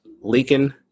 leaking